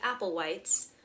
Applewhites